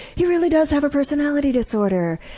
he really does have a personality disorder!